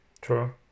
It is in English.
True